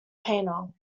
painter